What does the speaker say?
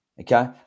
okay